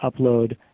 upload